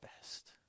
best